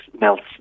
melts